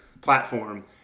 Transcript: platform